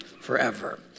forever